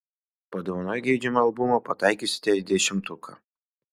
padovanoję geidžiamą albumą pataikysite į dešimtuką